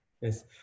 Yes